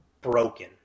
broken